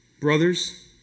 brothers